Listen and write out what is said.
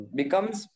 becomes